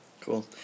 cool